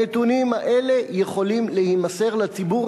הנתונים האלה יכולים להימסר לציבור,